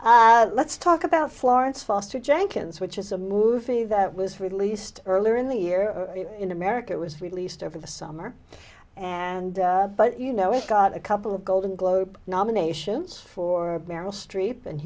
on let's talk about florence foster jenkins which is a movie that was released earlier in the year in america it was released over the summer and but you know it got a couple of golden globe nominations for meryl streep and